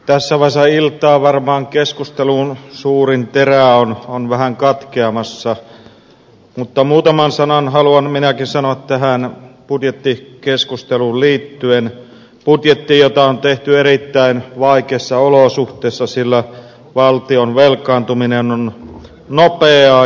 tässä vaiheessa iltaa varmaan keskustelun suurin terä on vähän katkeamassa mutta muutaman sanan haluan minäkin sanoa tähän budjettikeskusteluun liittyen budjettiin jota on tehty erittäin vaikeissa olosuhteissa sillä valtion velkaantuminen on nopeaa